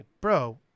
Bro